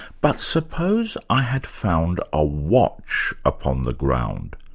but suppose i had found a watch upon the ground.